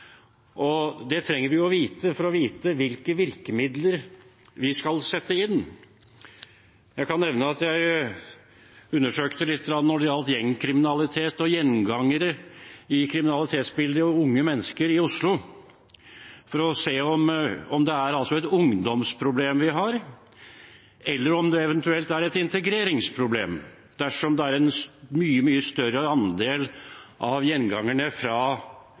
det noen spesielle grupper? Det trenger vi å vite for å vite hvilke virkemidler vi skal sette inn. Jeg kan nevne at jeg undersøkte lite grann når det gjaldt gjengkriminalitet, gjengangere i kriminalitetsbildet og unge mennesker i Oslo for å se om det er et ungdomsproblem vi har, eller om det eventuelt er et integreringsproblem, dersom det er en mye, mye større andel